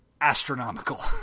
astronomical